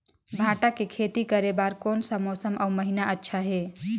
भांटा के खेती करे बार कोन सा मौसम अउ महीना अच्छा हे?